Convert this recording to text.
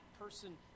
person